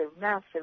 massive